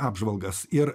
apžvalgas ir